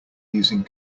using